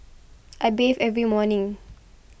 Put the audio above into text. I bathe every morning